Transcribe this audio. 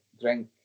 drink